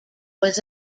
was